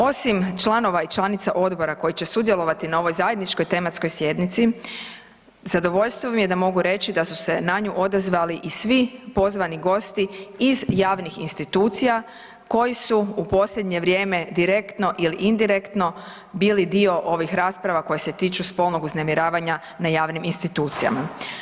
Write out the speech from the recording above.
Osim članova i članica odbora koji će sudjelovati na ovoj zajedničkoj tematskoj sjednici zadovoljstvo mi je da mogu reći da su se na nju odazvali i svi pozvani gosti iz javnih institucija koji su u posljednje vrijeme direktno ili indirektno bili dio ovih rasprava koje se tiču spolnog uznemiravanja na javnim institucijama.